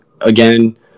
again